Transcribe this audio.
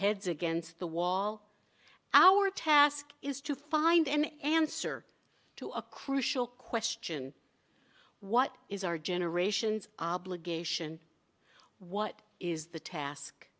heads against the wall our task is to find an answer to a crucial question what is our generation's obligation what is the task